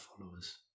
followers